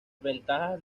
ventajas